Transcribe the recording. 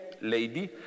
lady